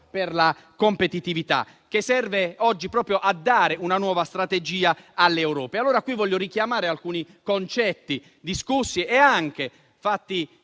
per la competitività, che serve oggi proprio a dare una nuova strategia all'Europa. Qui voglio richiamare alcuni concetti, fatti presente anche nel